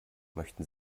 möchten